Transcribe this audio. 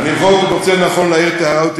אני בכל זאת מוצא לנכון להעיר את ההערה הזאת.